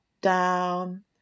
down